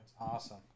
awesome